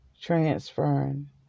transferring